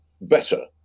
better